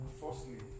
firstly